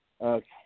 Okay